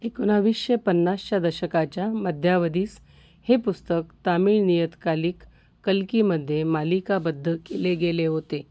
एकोणाविसशे पन्नासच्या दशकाच्या मध्य्यावधीस हे पुस्तक तमिळ नियतकालिक कल्कीमध्ये मालिकाबद्ध केले गेले होते